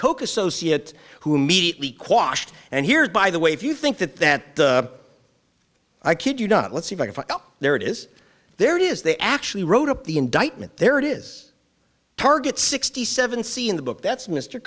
coke associate who immediately quassia and here's by the way if you think that that i kid you not let's see if i go there it is there it is they actually wrote up the indictment there it is target sixty seven see in the book that's mr